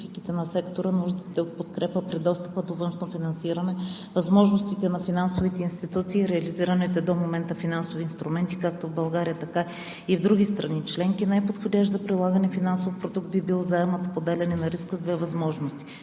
най-подходящ за прилагане финансов продукт би бил заемът „Споделяне на риска“ с две възможности: